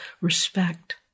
respect